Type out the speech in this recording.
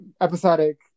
episodic